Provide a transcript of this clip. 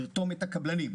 לרתום את הקבלנים,